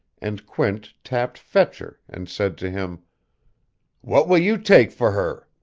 and quint tapped fetcher, and said to him what will you take for her